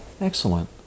Excellent